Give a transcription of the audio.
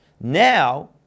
now